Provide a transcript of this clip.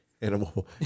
Animal